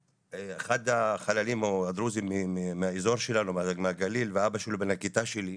ואחד החללים הוא הדרוזי מהאזור שלנו מהגליל ואבא שלו בן הכיתה שלי.